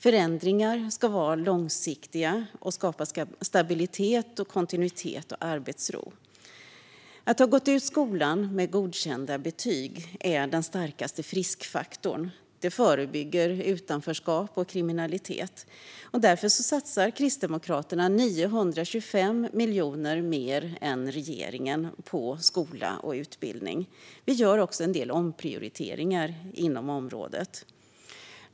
Förändringar ska vara långsiktiga och skapa stabilitet, kontinuitet och arbetsro. Att ha gått ut skolan med godkända betyg är den starkaste friskfaktorn. Det förebygger utanförskap och kriminalitet. Därför satsar Kristdemokraterna 925 miljoner mer än regeringen på skola och utbildning. Vi gör också en del omprioriteringar inom området.